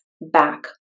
back